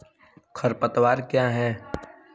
खरपतवार क्या है?